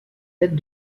dates